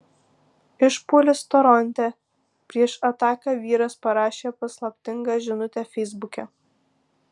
išpuolis toronte prieš ataką vyras parašė paslaptingą žinutę feisbuke